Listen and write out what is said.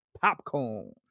Popcorn